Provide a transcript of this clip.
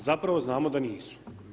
A zapravo znamo da nisu.